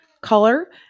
color